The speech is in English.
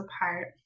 apart